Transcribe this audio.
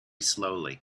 slowly